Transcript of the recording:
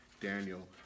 Daniel